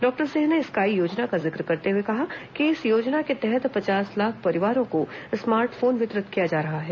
doctor Singh ने SKY योजना का जिक्र करते हुए कहा कि इस योजना के तहत पचास लाख परिवारों को स्मार्ट फोन वितरित किया जा रहा है